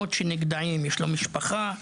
חלומות שנגדעים, משפחה,